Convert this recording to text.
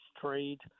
trade